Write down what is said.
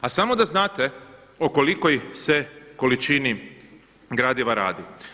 A samo da znate o kolikoj se količini gradiva radi.